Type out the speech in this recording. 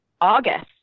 August